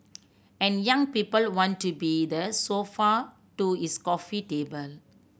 and young people want to be the sofa to his coffee table